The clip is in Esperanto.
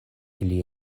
ili